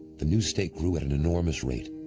the new state grew at an enormous rate.